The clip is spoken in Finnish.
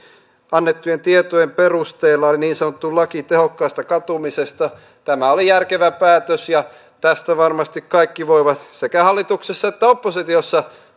annettujen tietojen perusteella niin sanottu laki tehokkaasta katumisesta tämä oli järkevä päätös ja tästä varmasti kaikki voivat sekä hallituksessa että oppositiossa